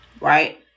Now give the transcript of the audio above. right